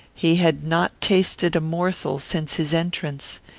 he had not tasted a morsel since his entrance.